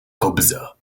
kobza